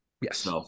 Yes